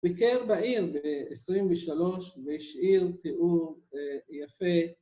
‫ביקר בעיר ב-23' וישאיר תיאור יפה.